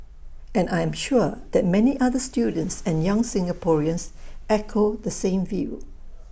and I am sure that many other students and young Singaporeans echo the same view